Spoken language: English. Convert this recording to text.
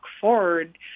forward